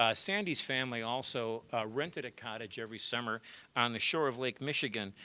ah sandy's family also rented a cottage every summer on the shore of lake michigan.